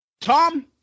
tom